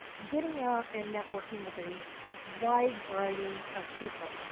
getting out and networking with a wide variety of people.